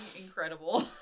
incredible